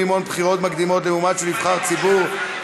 מימון בחירות מקדימות למועמד שהוא נבחר הציבור),